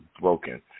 broken